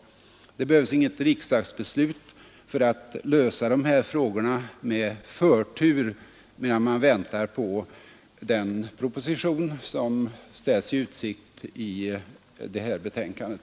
Det behövs inget riksdagsbeslut för att lösa dessa frågor med förtur, medan vi väntar på den proposition som ställs i utsikt i det här betänkandet.